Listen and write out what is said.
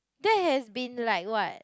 that has been like what